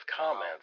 comments